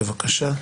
בבקשה.